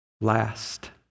last